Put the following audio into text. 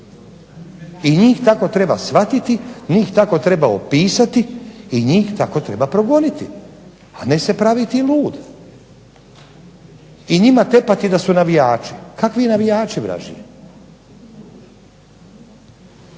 i njih tako treba shvatiti, njih tako treba opisati, i njih tako treba progoniti, a ne se praviti lud, i njima tepati da su navijači. Kakvi navijači vražji?